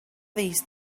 these